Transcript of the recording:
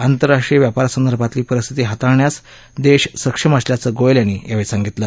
आंतरराष्ट्रीय व्यापारासंदर्भातली परिस्थिती हाताळण्यास देश सक्षम असल्याचं गोयल यांनी यावेळी सांगितलं